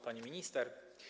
Pani Minister!